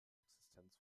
existenz